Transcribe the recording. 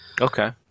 Okay